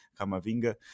Camavinga